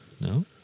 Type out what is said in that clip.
No